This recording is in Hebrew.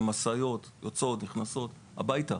עם משאיות יוצאות ונכנסות הביתה.